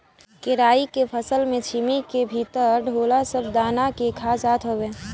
केराई के फसल में छीमी के भीतर ढोला सब दाना के खा जात हवे